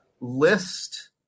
list